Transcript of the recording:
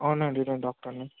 అవునండి నేను డాక్టర్ని